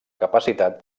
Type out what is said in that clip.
capacitat